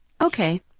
Okay